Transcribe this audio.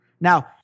Now